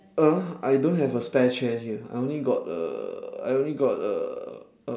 !huh! I don't have a spare chair here I only got a I only got a a